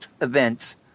events